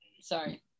sorry